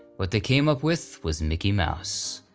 what they came up with was mickey mouse.